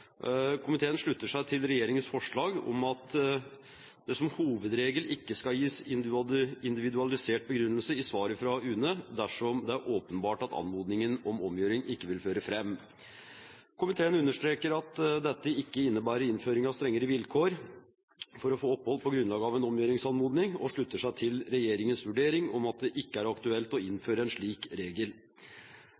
Komiteen slutter seg til regjeringens forslag om at det som hovedregel ikke skal gis individualisert begrunnelse i svaret fra UNE dersom det er åpenbart at anmodningen om omgjøring ikke vil føre fram. Komiteen understreker at dette ikke innebærer innføring av strengere vilkår for å få opphold på grunnlag av en omgjøringsanmodning, og slutter seg til regjeringens vurdering om at det ikke er aktuelt å